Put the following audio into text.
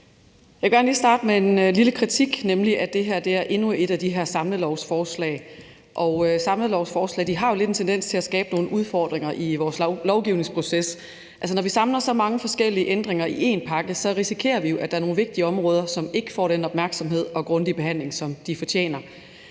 Jeg vil gerne lige starte med en lille kritik, nemlig at det her er endnu et af de her samlelovforslag, og samlelovforslag har jo lidt en tendens til at skabe nogle udfordringer i vores lovgivningsproces. Når vi samler så mange forskellige ændringer i én pakke, risikerer vi jo, at der er nogle vigtige områder, som ikke får den opmærksomhed og grundige behandling, som de fortjener.